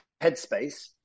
headspace